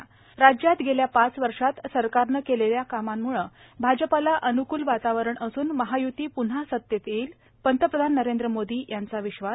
त राज्यात गेल्या पाच वर्षात सरकारनं केलेल्या कामांम्ळं भाजपाला अन्कूल वातावरण असून महाय्ती प्न्हा सत्तेत येईल पंतप्रधान नरेंद्र मोदी यांचा विश्वास